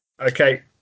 Okay